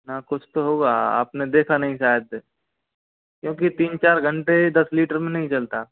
ना कुछ तो होगा आपने देखा नहीं शायद से क्योंकि तीन चार घंटे दस लीटर में नहीं जलता